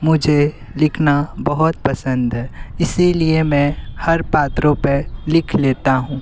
मुझे लिखना बहुत पसंद है इसी लिए मैं हर पात्रों पर लिख लेता हूँ